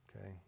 Okay